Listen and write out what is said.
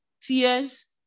tears